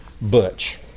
Butch